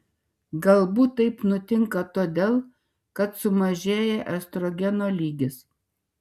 galbūt taip nutinka todėl kad sumažėja estrogeno lygis